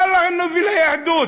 מה לנו וליהדות?